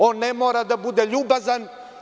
On ne mora da bude ljubazan.